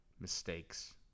mistakes